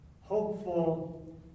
hopeful